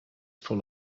full